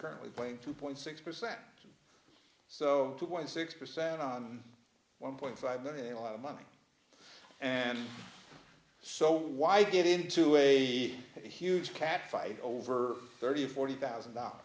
currently playing two point six percent so two point six percent on one point five not a lot of money and so why get into a huge catfight over thirty forty thousand dollars